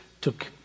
took